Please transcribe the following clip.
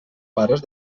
pares